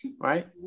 right